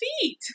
feet